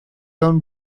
own